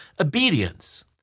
obedience